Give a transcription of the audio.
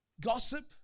Gossip